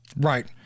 Right